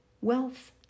wealth